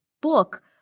book